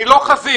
אני לא חזיר,